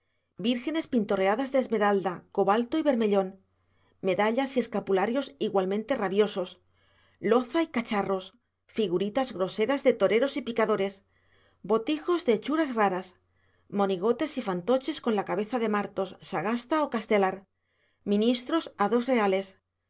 vírgenes pintorreadas de esmeralda cobalto y bermellón medallas y escapularios igualmente rabiosos loza y cacharros figuritas groseras de toreros y picadores botijos de hechuras raras monigotes y fantoches con la cabeza de martos sagasta o castelar ministros a dos reales